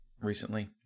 Recently